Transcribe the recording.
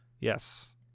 Yes